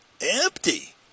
empty